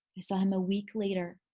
i saw him a week later,